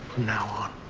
now on,